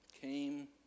Came